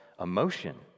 emotion